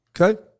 Okay